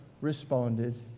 responded